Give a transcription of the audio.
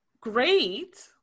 great